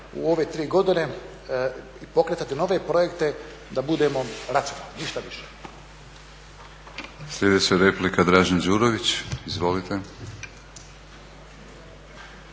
u ove tri godine i pokretati nove projekte da budemo racionalni, ništa više.